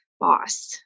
boss